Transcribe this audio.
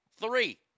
three